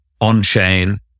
on-chain